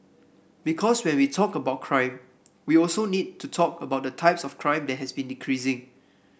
because when we talk about crime we also need to talk about the types of crime that has been decreasing